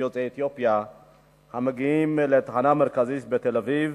יוצאי אתיופיה המגיעים לתחנה המרכזית בתל-אביב